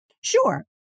sure